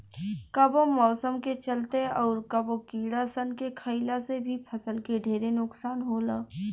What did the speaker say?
कबो मौसम के चलते, अउर कबो कीड़ा सन के खईला से भी फसल के ढेरे नुकसान होला